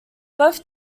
both